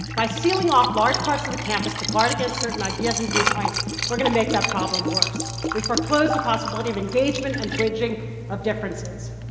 by sealing off large parts of the campus to guard against certain ideas and viewpoints we're going to make that problem worse. we foreclose the possibility of engagement and bridging of differences.